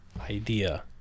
idea